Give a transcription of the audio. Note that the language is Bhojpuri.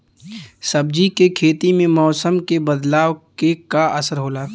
सब्जी के खेती में मौसम के बदलाव क का असर होला?